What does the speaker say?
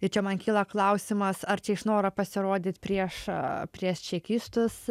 ir čia man kyla klausimas ar čia iš noro pasirodyt prieš prieš čekistus